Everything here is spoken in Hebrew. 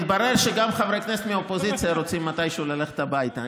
מתברר שגם חברי כנסת מהאופוזיציה רוצים מתישהו ללכת הביתה.